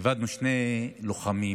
איבדנו שני לוחמים,